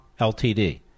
Ltd